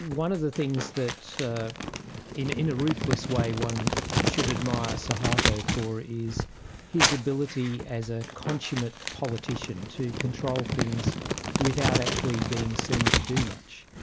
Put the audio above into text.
one of the things that in in a ruthless way one should admire suharto for, is his ability as a consummate politician to control things without actually being seen to do much,